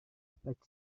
but